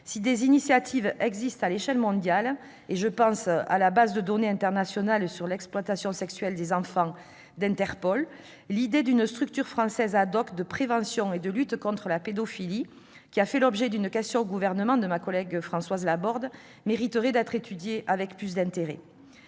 Si des initiatives existent à l'échelle mondiale- je pense à la base de données internationale sur l'exploitation sexuelle des enfants d'Interpol -, l'idée de créer une structure française de prévention et de lutte contre la pédophilie- elle a fait l'objet d'une question au gouvernement de ma collègue Françoise Laborde -mériterait d'être étudiée avec plus d'intérêt.